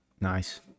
nice